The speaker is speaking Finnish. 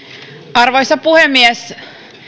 arvoisa puhemies